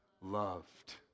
Loved